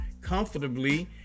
comfortably